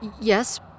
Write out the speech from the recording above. Yes